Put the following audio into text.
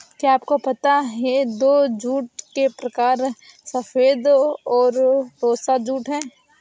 क्या आपको पता है दो मुख्य जूट के प्रकार सफ़ेद जूट और टोसा जूट है